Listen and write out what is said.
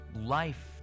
life